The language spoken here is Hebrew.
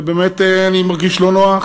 ובאמת אני מרגיש לא נוח,